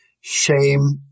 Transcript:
Shame